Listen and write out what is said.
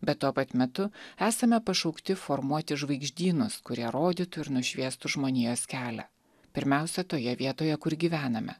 bet tuo pat metu esame pašaukti formuoti žvaigždynus kurie rodytų ir nušviestų žmonijos kelią pirmiausia toje vietoje kur gyvename